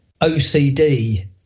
OCD